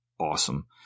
awesome